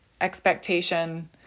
expectation